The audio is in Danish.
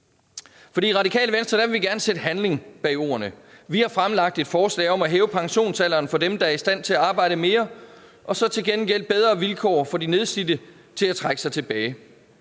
det. I Radikale Venstre vil vi gerne sætte handling bag ordene. Vi har fremlagt et forslag om at hæve pensionsalderen for dem, der er i stand til at arbejde mere, og til gengæld give bedre vilkår til de nedslidte til at trække sig tilbage.